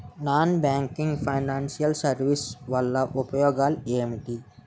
Non banking financial services వల్ల ఉపయోగాలు ఎంటి?